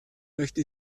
möchte